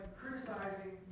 criticizing